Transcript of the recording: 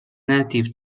native